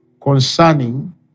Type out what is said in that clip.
concerning